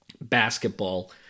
Basketball